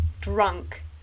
drunk